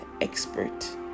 expert